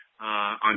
on